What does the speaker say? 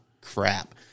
crap